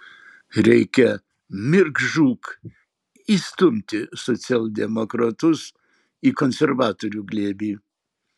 reikia mirk žūk įstumti socialdemokratus į konservatorių glėbį